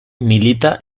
milita